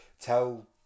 tell